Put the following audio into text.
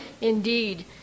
Indeed